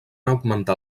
augmentar